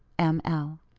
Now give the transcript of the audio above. m. l.